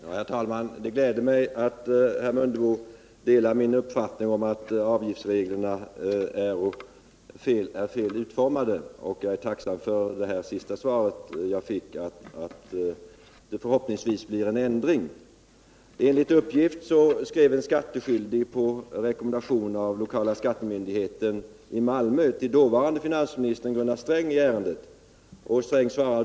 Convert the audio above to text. Herr talman! Det gläder mig att herr Mundebo delar min uppfattning att avgiftsreglerna är fel utformade, och jag är tacksam för det sista beskedet, innebärande att det förhoppningsvis blir en ändring. Sträng i ärendet, och denne sade då att dessa regler skulle ses över.